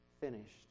finished